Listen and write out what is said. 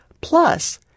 Plus